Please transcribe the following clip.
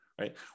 right